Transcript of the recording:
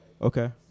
Okay